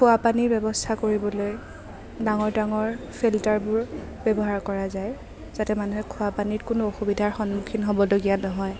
খোৱা পানীৰ ব্যৱস্থা কৰিবলৈ ডাঙৰ ডাঙৰ ফিল্টাৰবোৰ ব্যৱহাৰ কৰা যায় যাতে মানুহে খোৱা পানীত কোনো অসুবিধাৰ সন্মুখীন হ'বলগীয়া নহয়